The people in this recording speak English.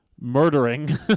murdering